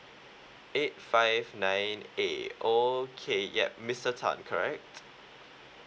eight five nine A okay yup mister tan correct